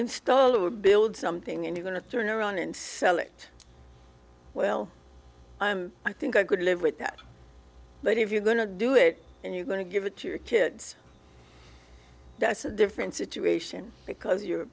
install or build something and you going to turn around and sell it well i'm i think i could live with that but if you're going to do it and you're going to give it to your kids that's a different situation because you're